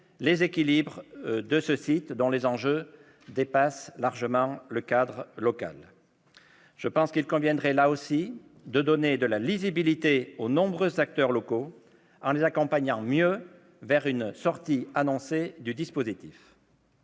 les équilibres trouvés pour ce site dont les enjeux dépassent largement le cadre régional. Je pense qu'il conviendrait, là aussi, de donner de la lisibilité aux nombreux acteurs locaux en les accompagnant mieux vers la sortie annoncée du dispositif.